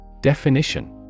Definition